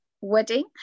wedding